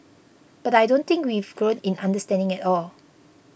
but I don't think we've grown in understanding at all